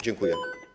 Dziękuję.